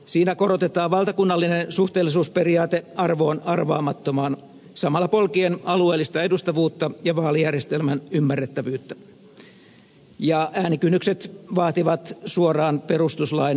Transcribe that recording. siinä korotetaan valtakunnallinen suhteellisuusperiaate arvoon arvaamattomaan samalla polkien alueellista edustavuutta ja vaalijärjestelmän ymmärrettävyyttä ja äänikynnykset vaativat suoraan perustuslain muuttamista